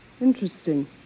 Interesting